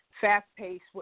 fast-paced